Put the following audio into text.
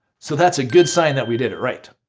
so that's a good sign that we did it right.